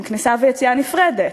עם כניסה ויציאה נפרדת.